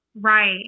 Right